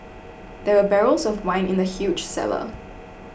there were barrels of wine in the huge cellar